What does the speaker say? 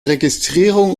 registrierung